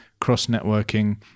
cross-networking